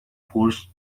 forced